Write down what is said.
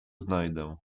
znajdę